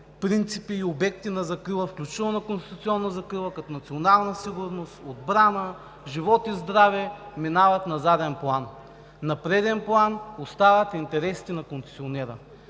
принципи и обекти на закрила, включително на конституционна закрила, като национална сигурност, отбрана, живот и здраве, минават на заден план. На преден план остават интересите на концесионера.